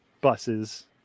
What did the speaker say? buses